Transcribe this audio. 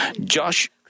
Josh